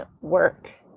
work